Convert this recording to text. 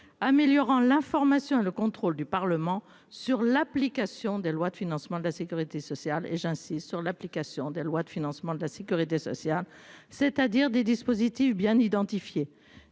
améliorant l'information et le contrôle du Parlement sur l'application des lois de financement de la Sécurité sociale. Et j'insiste sur l'application des lois de financement de la Sécurité sociale, c'est-à-dire des dispositifs bien identifié